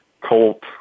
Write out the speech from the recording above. Colt